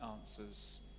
answers